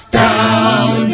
down